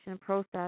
process